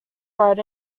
bright